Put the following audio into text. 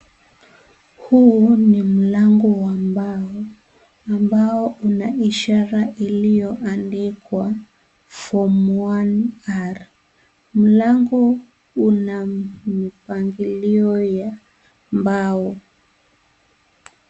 Huu ni mlango wa ambao una ishara iliyoandikwa form 1R. Mlango una mpangilio wa mbao.